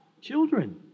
children